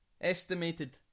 estimated